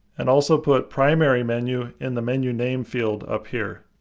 and also put primary menu in the menu name field up here.